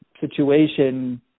situation